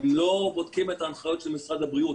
הם לא בודקים את ההנחיות של משרד הבריאות.